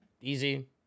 Easy